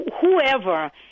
whoever